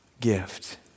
gift